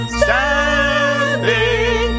standing